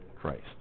Christ